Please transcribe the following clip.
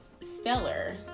stellar